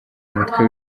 umutwe